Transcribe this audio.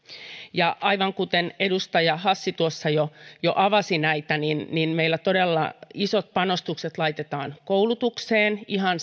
aivan kuten edustaja hassi jo jo avasi näitä niin niin meillä todella isot panostukset laitetaan koulutukseen ihan